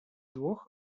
вдвох